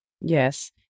Yes